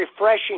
refreshing